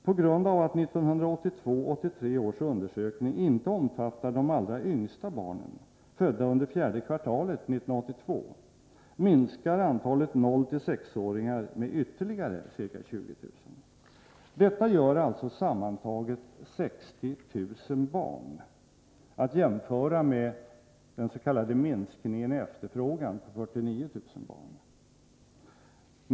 På grund av att 1982/83 års undersökning inte omfattar de allra yngsta barnen — födda under fjärde kvartalet 1982 — minskar antalet 0-6-åringar med ytterligare ca 20000. Detta gör alltså sammantaget 60 000 barn, vilket skall jämföras med den s.k. minskningen i efterfrågan — 49000 barn.